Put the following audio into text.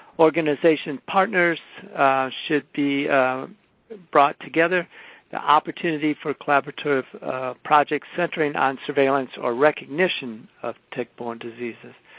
organization partners should be brought together the opportunity for collaborative projects centering on surveillance or recognition of tick-borne diseases.